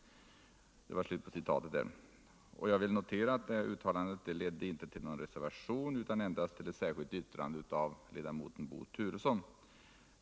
Det skall noteras att detta uttalande inte ledde till någon reservation utan endast till ett särskilt yttrande av ledamoten Bo Turesson.